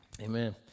Amen